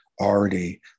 already